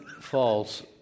False